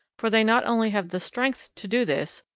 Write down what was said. for they not only have the strength to do this,